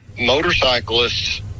Motorcyclists